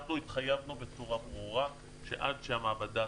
אנחנו התחייבנו בצורה ברורה שעד שהמעבדה